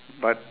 but